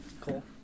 Cool